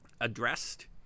addressed